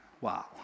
Wow